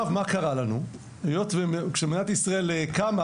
מה קרה לנו: היות וכשמדינת ישראל קמה